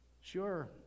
Sure